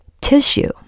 tissue